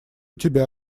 тебя